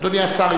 אדוני השר,